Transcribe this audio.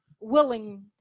willing